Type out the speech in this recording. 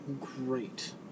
great